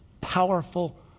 powerful